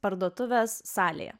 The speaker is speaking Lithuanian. parduotuvės salėje